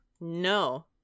No